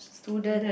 students